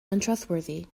untrustworthy